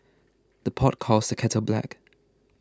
the pot calls the kettle black